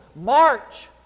March